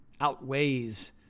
outweighs